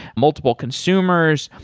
multiple consumers,